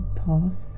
pass